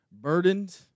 burdened